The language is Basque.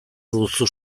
duzu